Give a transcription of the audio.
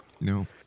No